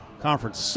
Conference